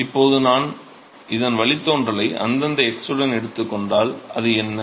இப்போது நான் இதன் வழித்தோன்றலை அந்தந்த x உடன் எடுத்துக் கொண்டால் அது என்ன